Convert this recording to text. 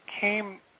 came